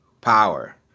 power